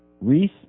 Reese